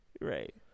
Right